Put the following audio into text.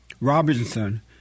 Robinson